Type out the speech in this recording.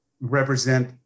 represent